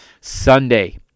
Sunday